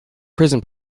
prison